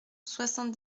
soixante